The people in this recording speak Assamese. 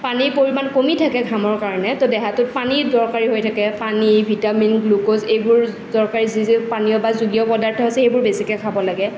পানী পৰিমাণ কমি থাকে ঘামৰ কাৰণে তো দেহাটোত পানীৰ দৰকাৰী হৈ থাকে পানী ভিটামিন গ্লোক'জ এইবোৰ দৰকাৰী যি যি পানীয় বা জুলীয় পদাৰ্থ আছে এইবোৰ বেছিকৈ খাব লাগে